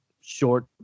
short